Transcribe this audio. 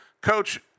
Coach